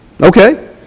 Okay